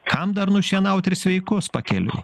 kam dar nušienaut ir sveikus pakeliui